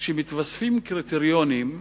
שמתווספים קריטריונים,